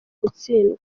gutsindwa